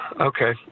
okay